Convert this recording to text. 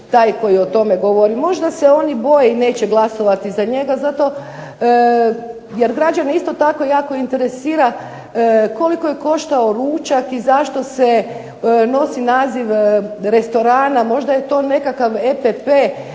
taj koji o tome govori. Možda se oni boje i neće glasovati za njega, zato jer građane isto tako jako interesira koliko je koštao ručak i zašto se nosi naziv restorana, možda je to nekakav EPP